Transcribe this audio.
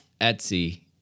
Etsy